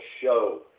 show